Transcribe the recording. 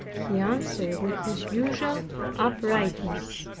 he answered with his usual uprightness,